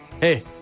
Hey